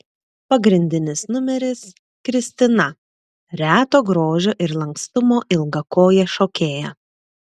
pagrindinis numeris kristina reto grožio ir lankstumo ilgakojė šokėja